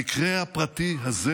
המקרה הפרטי הזה